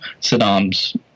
Saddam's